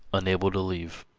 unable to leave.